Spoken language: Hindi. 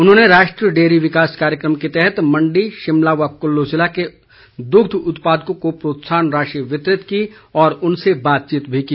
उन्होंने राष्ट्रीय डेयरी विकास कार्यक्रम के तहत मंडी शिमला व कुल्लू ज़िले के दुग्ध उत्पादकों को प्रोत्साहन राशि वितरित की और उनसे बातचीत भी की